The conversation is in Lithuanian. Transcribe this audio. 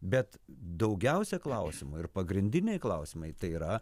bet daugiausia klausimų ir pagrindiniai klausimai tai yra